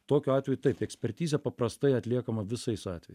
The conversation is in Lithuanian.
tokiu atveju taip ekspertizė paprastai atliekama visais atvejai